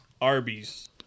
Arby's